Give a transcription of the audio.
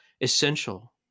essential